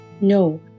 No